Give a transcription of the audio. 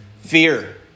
Fear